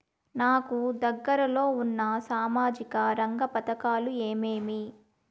నాకు దగ్గర లో ఉన్న సామాజిక రంగ పథకాలు ఏమేమీ?